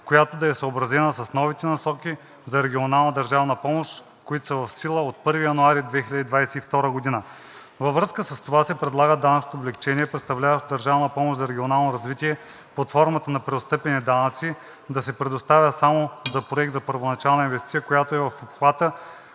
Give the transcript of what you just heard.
която да е съобразена с новите насоки за регионална държавна помощ, които са в сила от 1 януари 2022 г. Във връзка с това се предлага данъчното облекчение, представляващо държавна помощ за регионално развитие под формата на преотстъпени данъци, да се предоставя само за проект за първоначална инвестиция, която е в обхвата,